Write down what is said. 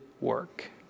work